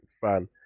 fan